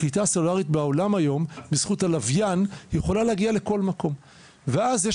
הקליטה הסלולרית בעולם היום בזכות הלוויין יכולה להגיע לכל מקום ואז יש